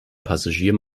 passagier